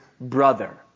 brother